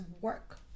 work